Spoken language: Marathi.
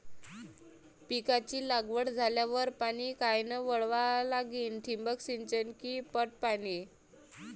पिकाची लागवड झाल्यावर पाणी कायनं वळवा लागीन? ठिबक सिंचन की पट पाणी?